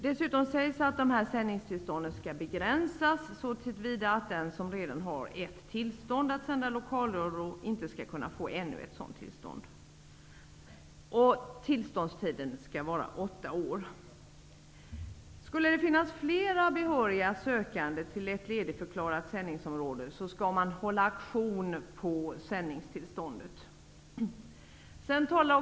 Det sägs dessutom att sändningstillstånden skall begränsas så till vida att den som redan har ett tillstånd att sända lokalradio inte skall kunna få ännu ett tillstånd. Tillståndstiden skall vara åtta år. Om det skulle finnas flera behöriga sökande till ett ledigförklarat sändningsområde skall man hålla auktion på sändningstillståndet.